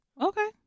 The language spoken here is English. Okay